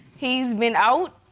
he's been out,